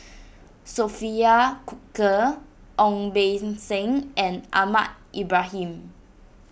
Sophia Cooke Ong Beng Seng and Ahmad Ibrahim